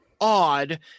odd